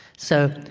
so,